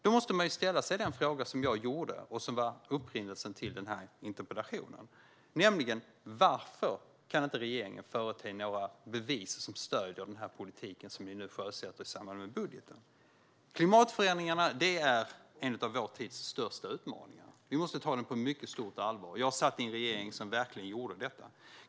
Då måste man ställa sig den fråga som jag gjorde och som var upprinnelsen till interpellationen, nämligen: Varför kan inte regeringen förete några bevis som stöder den politik som ni nu sjösätter i samband med budgeten? Klimatförändringarna är en av vår tids största utmaningar. Vi måste ta den utmaningen på mycket stort allvar. Jag satt i en regering som verkligen gjorde det.